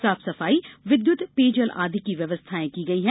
साफ सफाई विद्युत पेयजल आदि की व्यवस्थाएं भी की गई है